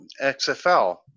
XFL